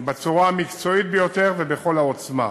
בצורה המקצועית ביותר ובכל העוצמה.